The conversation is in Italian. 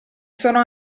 sono